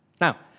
Now